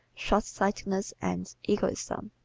shortsightedness and egotism.